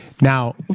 Now